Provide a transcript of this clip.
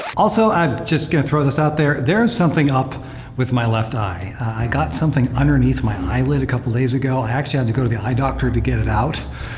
also, i'm just gonna throw this out there. there's something up with my left eye. i got something underneath my eyelid a couple days ago. i actually had to go to the eye doctor to get it out.